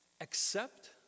Accept